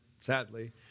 sadly